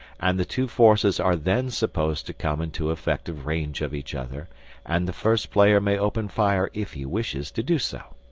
and the two forces are then supposed to come into effective range of each other and the first player may open fire if he wishes to do so.